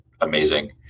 amazing